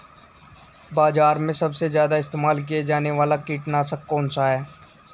बाज़ार में सबसे ज़्यादा इस्तेमाल किया जाने वाला कीटनाशक कौनसा है?